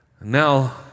Now